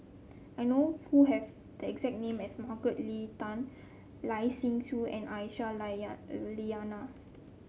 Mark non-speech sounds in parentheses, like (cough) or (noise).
I know who have the exact name as Margaret Leng Tan Lai Siu Chiu and Aisyah (unintelligible) Lyana